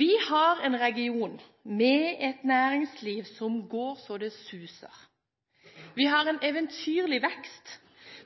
Vi har en region med et næringsliv som går så det suser. Vi har en eventyrlig vekst